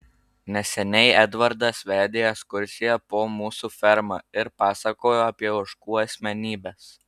neseniai edvardas vedė ekskursiją po mūsų fermą ir pasakojo apie ožkų asmenybes